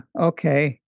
okay